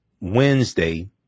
Wednesday